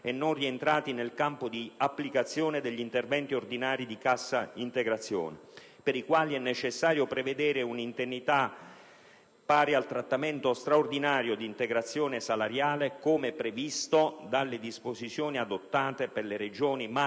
e non rientrati nel campo di applicazione degli interventi ordinari di cassa integrazione, per i quali è necessario prevedere un'indennità pari al trattamento straordinario di integrazione salariale, come previsto dalle disposizioni adottate per le Regioni